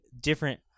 different